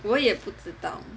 我也不知道